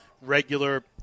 regular